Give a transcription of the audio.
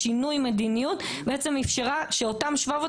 שינוי המדיניות בעצם אפשרה שאותם 700,